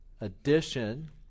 Addition